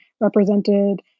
represented